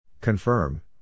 Confirm